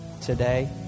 today